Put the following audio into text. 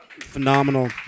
phenomenal